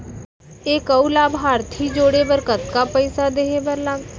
एक अऊ लाभार्थी जोड़े बर कतका पइसा देहे बर लागथे?